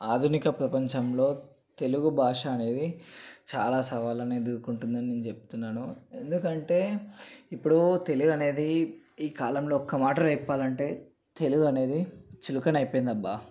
ఆధునిక ప్రపంచంలో తెలుగుభాష అనేది చాలా సవాళ్లనే ఎదుర్కొంటుందని నేను చెప్తున్నాను ఎందుకంటే ఇప్పుడు తెలుగనేది ఈ కాలంలో ఒక్క మాటలో చెప్పాలంటే తెలుగు అనేది చులకన అయిపోయింది అబ్బా